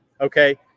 Okay